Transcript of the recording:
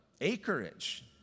acreage